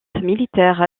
militaire